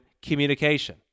Communication